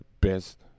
best